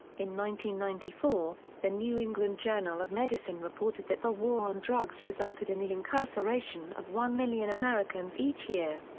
ninety ninety four, the new england journal of medicine reported that the war on drugs resulted in the incarceration of one million americans each year.